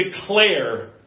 declare